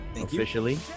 officially